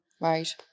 Right